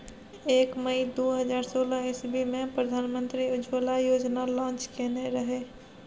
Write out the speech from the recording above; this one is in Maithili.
एक मइ दु हजार सोलह इस्बी मे प्रधानमंत्री उज्जवला योजना लांच केने रहय